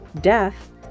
death